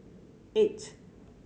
eight